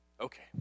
Okay